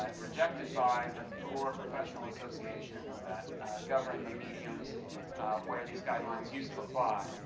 and rejected by but the core professional associations that govern the mediums where these guidelines used to apply.